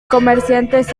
comerciantes